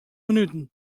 minuten